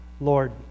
Lord